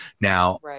Now